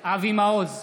אבי מעוז,